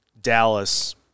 Dallas